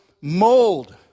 mold